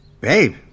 Babe